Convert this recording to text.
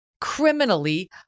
criminally